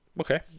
Okay